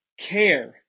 care